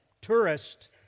tourist